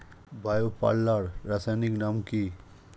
Bio পাল্লার রাসায়নিক নাম কি?